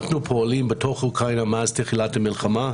אנחנו פועלים בתוך אוקראינה מאז תחילת המלחמה,